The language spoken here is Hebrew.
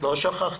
לא שכחתי,